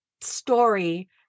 story